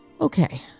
Okay